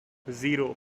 zero